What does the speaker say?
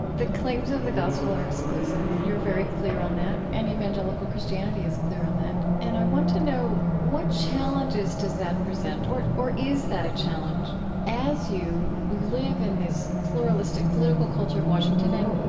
the claims of the gospel are exclusive, you're very clear on that, and evangelical christianity is clear on that. and i want to know what challenges does that present, or or is that a challenge as you live in this pluralistic political culture of washington and,